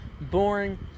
boring